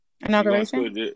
inauguration